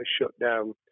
shutdown